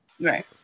Right